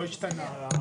לא השתנה,